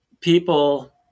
people